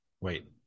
Wait